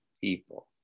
people